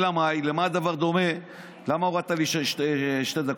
אלא מאי, למה הדבר דומה, למה הורדת לי שתי דקות?